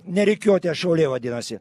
ne rikiuotės šauliai vadinasi